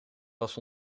was